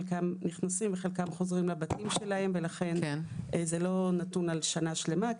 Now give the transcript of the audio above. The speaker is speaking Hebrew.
חלקם נכנסים וחלקם חוזרים לבתים שלהם ולכן זה לא נתון על שנה שלמה.